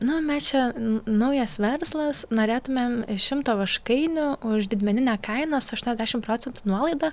na mes čia naujas verslas norėtumėm šomto vaškainių už didmeninę kainą su aštuoniasdešimt procentų nuolaida